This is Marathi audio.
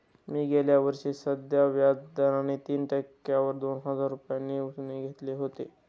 मी गेल्या वर्षी साध्या व्याज दराने तीन टक्क्यांवर दोन हजार रुपये उसने घेतले होते